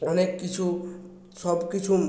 অনেক কিছু সব কিছু